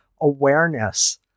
awareness